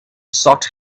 sought